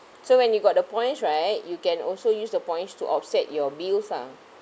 so when you got the points right you can also use the points to offset your bills ah